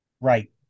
right